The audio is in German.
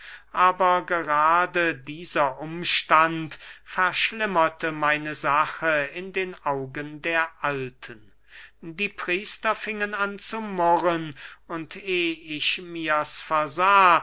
aber gerade dieser umstand verschlimmerte meine sache in den augen der alten die priester fingen an zu murren und ehe ich mirs